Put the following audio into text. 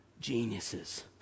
Geniuses